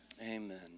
Amen